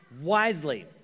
wisely